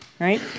right